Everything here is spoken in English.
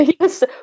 Yes